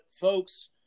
folks